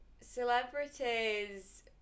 celebrities